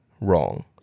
wrong